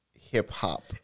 hip-hop